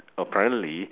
apparently